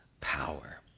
power